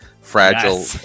fragile